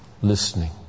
listening